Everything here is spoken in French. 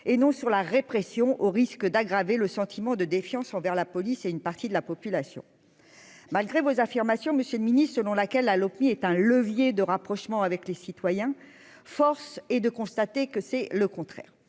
et non sur la répression au risque d'aggraver le sentiment de défiance envers la police et une partie de la population, malgré vos affirmations, Monsieur le Ministre, selon laquelle la Lopmi est un levier de rapprochement avec les citoyens, force est de constater que c'est le contraire